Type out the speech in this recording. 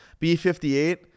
B58